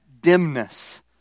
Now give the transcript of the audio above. dimness